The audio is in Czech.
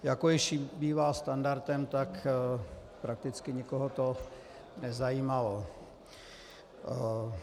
Jak již bývá standardem, tak prakticky nikoho to nezajímalo.